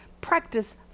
practice